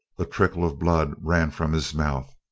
a trickle of blood ran from his mouth.